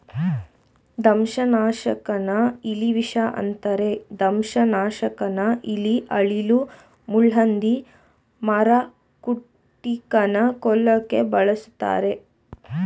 ದಂಶನಾಶಕನ ಇಲಿವಿಷ ಅಂತರೆ ದಂಶನಾಶಕನ ಇಲಿ ಅಳಿಲು ಮುಳ್ಳುಹಂದಿ ಮರಕುಟಿಕನ ಕೊಲ್ಲೋಕೆ ಬಳುಸ್ತರೆ